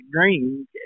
green